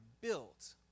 built